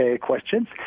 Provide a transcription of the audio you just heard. questions